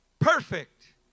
perfect